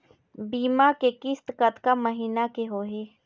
बीमा के किस्त कतका महीना के होही?